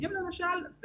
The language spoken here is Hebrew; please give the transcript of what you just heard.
בסיכון הכי גדול כי